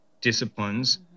disciplines